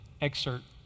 excerpt